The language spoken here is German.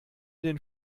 den